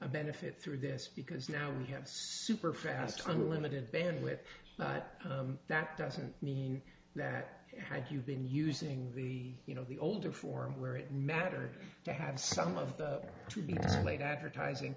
benefit through this because now you have super fast time unlimited bandwidth but that doesn't mean that you've been using the you know the older form where it matters to have some of the later advertising